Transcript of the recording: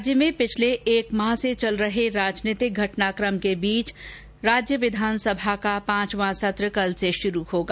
राज्य में पिछले एक माह से चल रहे राजनीतिक घटनाक्रम के बीच राज्य विधानसभा का पांचवां सत्र कल से शुरु होगा